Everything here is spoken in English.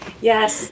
yes